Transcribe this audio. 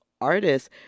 artists